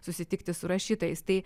susitikti su rašytojais tai